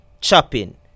chopping